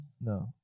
No